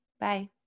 Bye